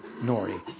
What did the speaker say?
Nori